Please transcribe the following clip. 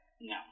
No